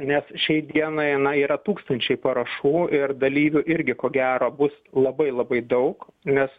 nes šią dieną eina yra tūkstančiai parašų ir dalyvių irgi ko gero bus labai labai daug nes